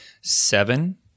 Seven